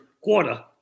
quarter